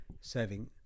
serving